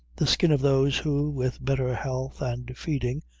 the skin of those who, with better health and feeding,